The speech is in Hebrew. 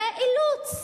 זה אילוץ.